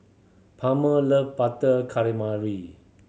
Palmer love Butter Calamari